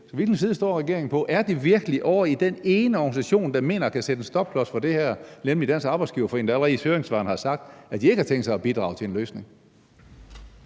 Hvilken side står regeringen på? Er det virkelig ovre hos den ene organisation, der mener at kunne sætte en stopklods for det her, nemlig Dansk Arbejdsgiverforening, der allerede i høringssvarene har sagt, at de ikke har tænkt sig at bidrage til en løsning?